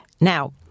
Now